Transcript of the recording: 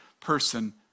person